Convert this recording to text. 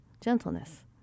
gentleness